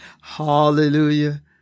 hallelujah